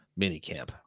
minicamp